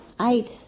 Eight